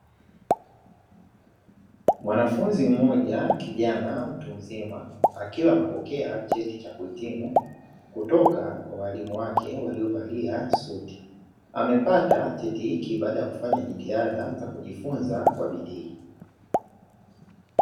Mwanafunzi mmoja kijana mtu mzima akiwa anapokea cheti cha kuhitimu, kutoka kwa walimu wake waliovalia suti. Amepata cheti hiki baada ya kujifunza kwa bidii.